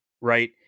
right